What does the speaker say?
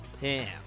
Pam